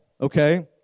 okay